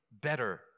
better